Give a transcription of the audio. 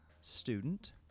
student